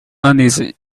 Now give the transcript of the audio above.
uneasy